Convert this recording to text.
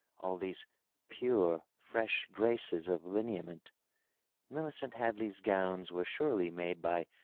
all these pure, fresh graces of lineament millicent hadley's gowns were surely made by